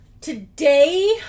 Today